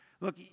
look